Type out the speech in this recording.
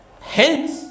hence